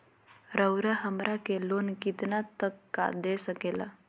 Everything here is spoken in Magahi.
रउरा हमरा के लोन कितना तक का दे सकेला?